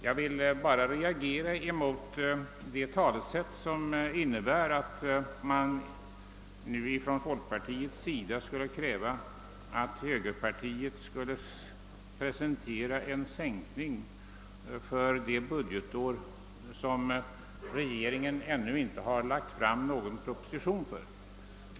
Jag vill bara reagera mot uttryckssättet när man från folkpartihåll kräver att högerpartiet skulle presentera ett skattesänkningsförslag för ett budgetår, som regeringen ännu inte framlagt något budgetförslag för.